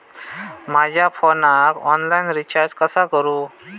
माझ्या फोनाक online recharge कसा करू?